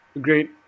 great